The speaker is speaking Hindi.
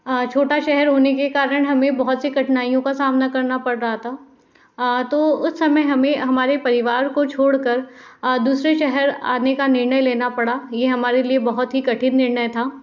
छोटा शहर होने के कारण हमें बहुत सी कठिनाइयों का सामना करना पड़ रहा था तो उस समय हमें हमारे परिवार को छोड़कर दूसरे शहर आने का निर्णय लेना पड़ा ये हमारे लिए बहुत ही कठिन निर्णय था